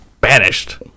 Banished